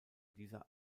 dieser